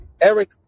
Eric